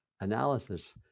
analysis